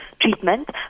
treatment